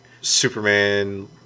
Superman